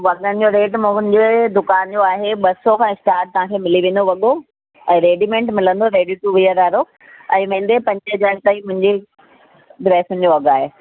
वॻनि जो रेट मुंहिंजे दुकान जो आहे ॿ सौ खां स्टार्ट तव्हांखे मिली वेंदो वॻो ऐं रेडीमेड मिलंदो रेडी टू वियर वारो ऐं वेंदे पंजें हज़ारें ताईं मुंहिंजी ड्रेसियुनि जो अघु आहे